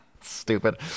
Stupid